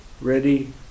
ready